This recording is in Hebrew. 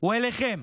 הוא אליכם,